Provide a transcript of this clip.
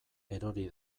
erori